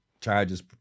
charges